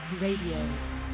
Radio